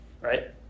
right